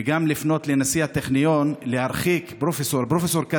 וגם לפנות לנשיא הטכניון להרחיק את הפרופסור.